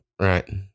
Right